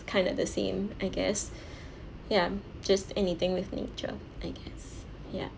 kind of the same I guess ya just anything with nature I guess ya